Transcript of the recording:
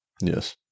Yes